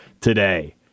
today